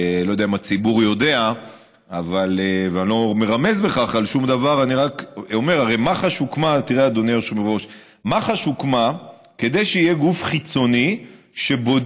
אבל אני חושב שאת השאלה בתחום הזה כדאי להפנות